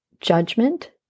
judgment